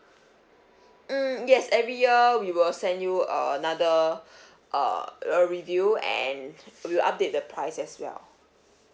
mm yes every year we will send you another uh a review and we will update the price as well